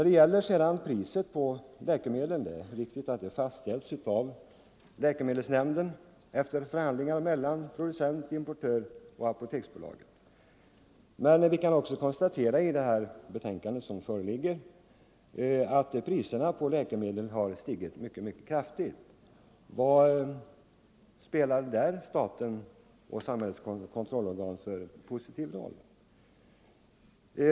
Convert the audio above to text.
Det är riktigt att priset på läkemedel fastställs av läkemedelsnämnden efter förhandlingar mellan producent eller importör och Apoteksbolaget. Men vi kan också konstatera att det av det betänkande som föreligger framgår att priserna på läkemedel har stigit mycket kraftigt. Vilken positiv roll spelar där staten och samhällets kontrollorgan?